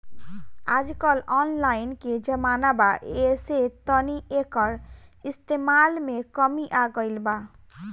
आजकल ऑनलाइन के जमाना बा ऐसे तनी एकर इस्तमाल में कमी आ गइल बा